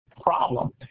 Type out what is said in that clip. problem